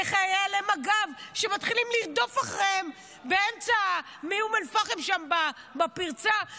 לחיילי המג"ב שמתחילים לרדוף אחריהם מאום אל-פחם שם בפרצה,